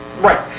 right